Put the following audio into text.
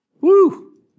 Woo